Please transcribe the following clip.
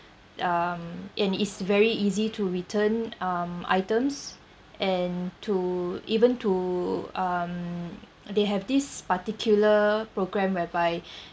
um and it's very easy to return um items and to even to um they have this particular program whereby